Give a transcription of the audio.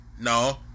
No